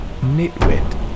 Nitwit